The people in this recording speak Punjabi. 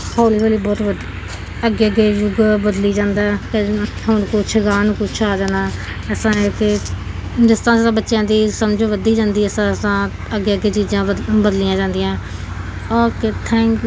ਹੌਲੀ ਹੌਲੀ ਬਹੁਤ ਅੱਗੇ ਅੱਗੇ ਯੁੱਗ ਬਦਲੀ ਜਾਂਦਾ ਫਿਰ ਹੁਣ ਕੁਛ ਅਗਾਂਹ ਨੂੰ ਕੁਛ ਆ ਜਾਣਾ ਅਸਾਂ ਇੱਥੇ ਜਿਸ ਤਰ੍ਹਾਂ ਬੱਚਿਆਂ ਦੀ ਸਮਝ ਵਧਦੀ ਜਾਂਦੀ ਅਸਾਂ ਅਸਾਂ ਅੱਗੇ ਅੱਗੇ ਚੀਜ਼ਾਂ ਬਦ ਬਦਲੀਆਂ ਜਾਂਦੀਆਂ ਓਕੇ ਥੈਂਕ